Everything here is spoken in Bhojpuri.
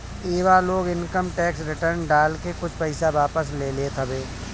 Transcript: इहवा लोग इनकम टेक्स रिटर्न डाल के कुछ पईसा वापस ले लेत हवे